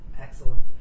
Excellent